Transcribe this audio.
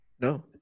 No